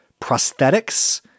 prosthetics